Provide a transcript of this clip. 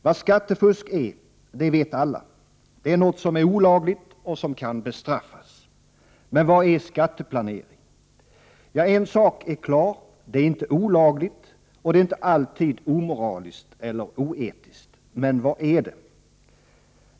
Vad skattefusk är, det vet alla. Det är något som är olagligt och som kan bestraffas. Men vad är skatteplanering? Ja, en sak är klar. Det är inte olagligt, och det är inte alltid omoraliskt eller oetiskt. Men vad är det?